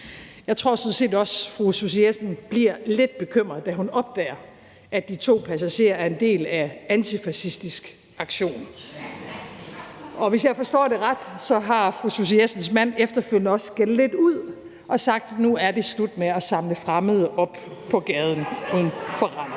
set også, at fru Susie Jessen bliver lidt bekymret, da hun opdager, at de to passager er en del af Antifascistisk Aktion, og hvis jeg forstår det ret, har fru Susie Jessens mand efterfølgende også skældt lidt ud og sagt: Nu er det slut med at samle fremmede op på gaden uden for Randers.